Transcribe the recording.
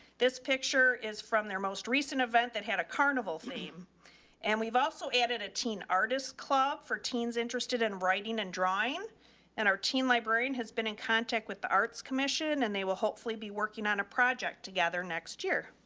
this picture is from their most recent event that had a carnival theme and we've also added a teen artists club for teens interested in writing and drawing and our teen librarian has been in contact with the arts commission and they will hopefully be working on a project together next year.